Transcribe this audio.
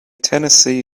tennessee